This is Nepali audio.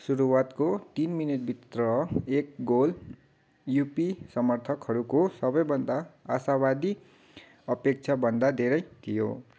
सुरुवातको तिन मिनेटभित्र एक गोल युपी समर्थकहरूको सबैभन्दा आशावादी अपेक्षाभन्दा धेरै थियो